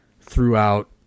throughout